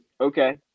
okay